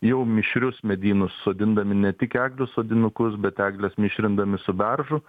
jau mišrius medynus sodindami ne tik eglių sodinukus bet egles mišrindami su beržu